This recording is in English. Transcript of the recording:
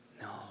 No